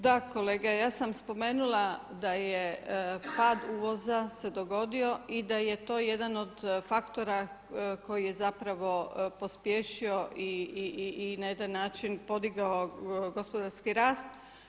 Da, kolega, ja sam spomenula da je pad uvoza se dogodio i da je to jedan od faktora koji je zapravo pospješio i na jedan način podigao gospodarski rast.